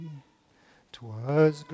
Twas